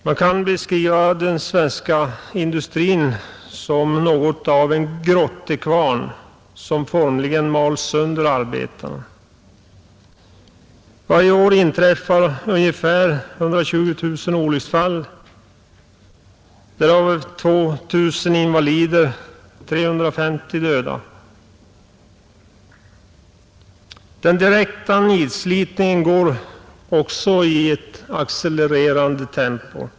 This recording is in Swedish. Jag kan beskriva den svenska industrin som något av en grottekvarn som formligen mal sönder arbetarna. Varje år inträffar ungefär 120 000 olycksfall, med 2 000 invalider och 350 döda. Den direkta nedslitningen går också i accelererande tempo.